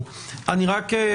שלנו,